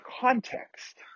context